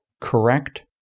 correct